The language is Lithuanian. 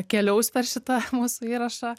keliaus per šitą mūsų įrašą